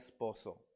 esposo